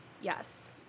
yes